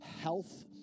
health